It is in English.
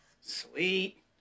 sweet